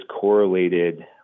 correlated